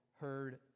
heard